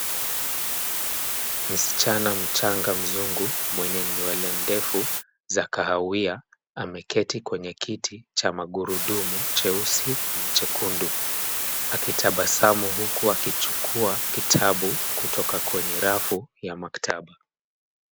Msichana mchanga mzungu mwenye nywele ndefu za kahawia, ameketi kwenye kiti cha magurudumu cheusi na chekundu akitabasamu huku akichukua kitabu kutoka kwenye rafu ya maktaba.